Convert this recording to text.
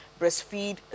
breastfeed